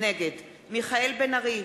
נגד מיכאל בן-ארי,